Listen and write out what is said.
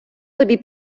тобі